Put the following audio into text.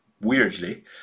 weirdly